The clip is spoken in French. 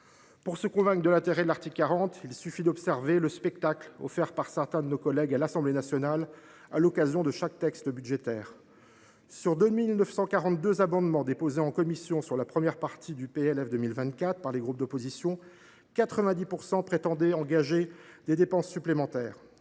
Pour se convaincre de l’intérêt de l’article 40, il suffit d’observer le spectacle offert par certains de nos collègues à l’Assemblée nationale à l’occasion de l’examen de chaque texte budgétaire. Sur les 2 942 amendements déposés en commission sur la première partie du projet de loi de finances pour 2024 par les groupes d’opposition, 90 % tendaient à engager des dépenses supplémentaires.